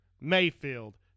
Mayfield